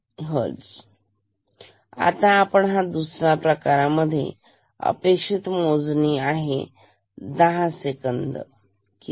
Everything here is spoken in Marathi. आणि आता आपण हा दुसरा प्रकार पाहू यामध्ये अपेक्षित मोजणी आहे दहा सेकंद किती